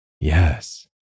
Yes